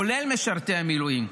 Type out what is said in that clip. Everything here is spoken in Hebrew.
כולל משרתי המילואים,